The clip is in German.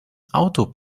auto